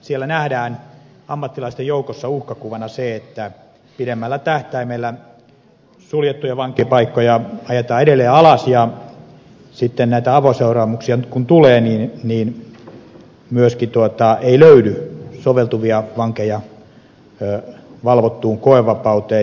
siellä nähdään ammattilaisten joukossa uhkakuvana se että pidemmällä tähtäimellä suljettuja vankipaikkoja ajetaan edelleen alas ja sitten nyt kun tulee näitä avoseuraamuksia ei myöskään löydy soveltuvia vankeja valvottuun koevapauteen